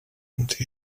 antics